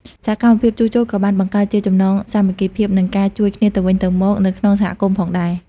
សកម្មភាពជួសជុលក៏បានបង្កើតជាចំណងសាមគ្គីភាព និងការជួយគ្នាទៅវិញទៅមកនៅក្នុងសហគមន៍ផងដែរ។